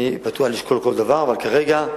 אני פתוח לשקול כל דבר, אבל כרגע,